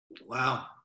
Wow